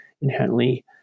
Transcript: inherently